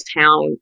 town